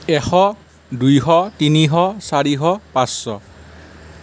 এশ দুশ তিনিশ চাৰিশ পাঁচশ